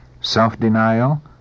self-denial